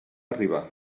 arribar